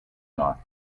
knot